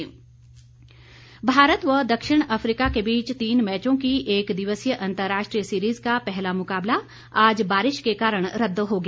cricket Bharat व दक्षिण Africa के बीच तीन मैचों की एक दिवसीय अन्तर्राष्ट्रीय सीरीज का पहला मुकाबला आज बारिश के कारण रदद हो गया